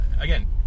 again